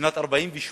בשנת 1948